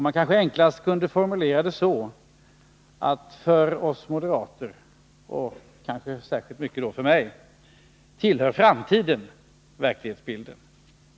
Man kanske enklast kunde formulera det så här: För oss moderater, och då särskilt mycket för mig, tillhör framtiden verklighetsbilden.